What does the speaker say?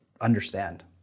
understand